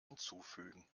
hinzufügen